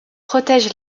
protège